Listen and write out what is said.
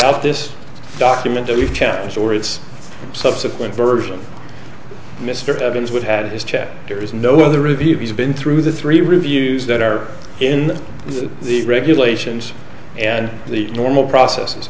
without this document your challenge or its subsequent version mr evans would had his check there is no other review he's been through the three reviews that are in the regulations and the normal process